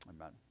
Amen